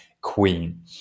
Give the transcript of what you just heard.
queen